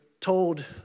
told